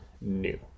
new